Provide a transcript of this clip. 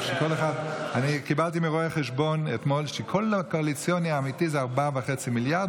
אתמול הבנתי מרואה חשבון שכל הקואליציוני האמיתי זה 4.5 מיליארד,